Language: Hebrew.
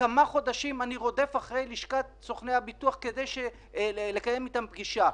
כמה חודשים אני רודף אחרי לשכת סוכני הביטוח כדי לקיים איתם פגישה.